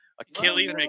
Achilles